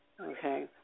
okay